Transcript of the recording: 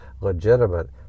legitimate